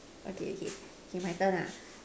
okay okay K my turn lah